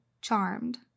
Charmed